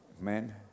Amen